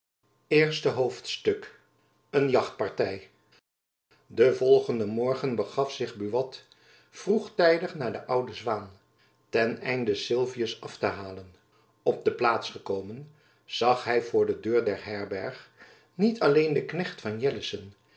eerste hoofdstuk een jachtparty den volgenden morgen begaf zich buat vroegtijdig naar de oude zwaen ten einde sylvius af te halen op de plaats gekomen zag hy voor de deur der herberg niet alleen den knecht van